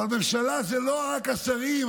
אבל ממשלה זה לא רק השרים.